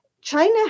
China